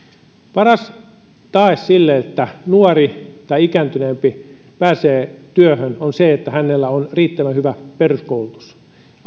paras tae sille että nuori tai ikääntyneempi pääsee työhön on se että hänellä on riittävän hyvä peruskoulutus